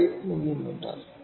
5 millimetre